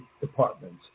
departments